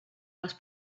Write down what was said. les